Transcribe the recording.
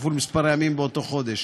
כפול מספר הימים באותו החודש.